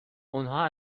اونها